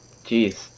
Jeez